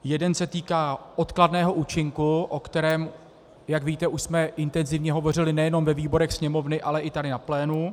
Jeden se týká odkladného účinku, o kterém, jak víte, už jsme intenzivně hovořili nejen ve výborech Sněmovny, ale i tady na plénu.